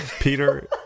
Peter